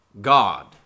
God